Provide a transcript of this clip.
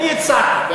הם מציעים 200 מלקות,